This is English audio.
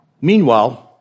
Meanwhile